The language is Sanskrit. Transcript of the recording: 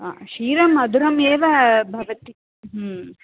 हा क्षीरं मधुरमेव भवति